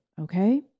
okay